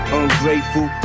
ungrateful